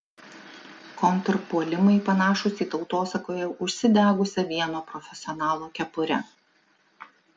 kontrpuolimai panašūs į tautosakoje užsidegusią vieno profesionalo kepurę